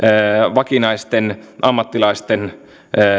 vakinaisten ammattilaisten